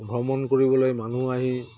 ভ্ৰমণ কৰিবলৈ মানুহ আহি